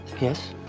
Yes